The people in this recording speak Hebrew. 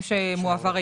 שמועברים